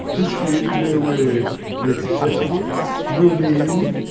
is she no way accessible? no means,